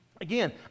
Again